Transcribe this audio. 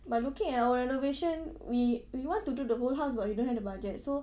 but looking at our renovation we we want to do the whole house but we don't have the budget so